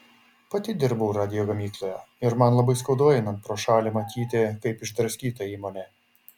pati dirbau radijo gamykloje ir man labai skaudu einant pro šalį matyti kaip išdraskyta įmonė